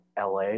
LA